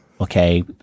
okay